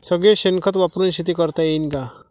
सगळं शेन खत वापरुन शेती करता येईन का?